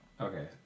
Okay